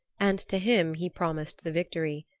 and to him he promised the victory.